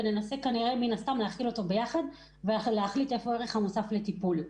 וננסה להכיל ביחד את האירוע.